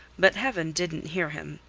but heaven didn't hear him.